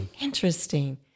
Interesting